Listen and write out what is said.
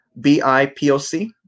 BIPOC